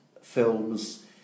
films